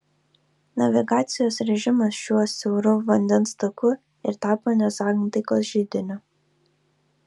navigacijos režimas šiuo siauru vandens taku ir tapo nesantaikos židiniu